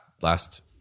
last